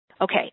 Okay